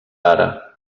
ara